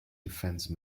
defence